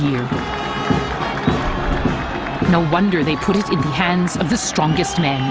here no wonder they put it in the hands of the strongest man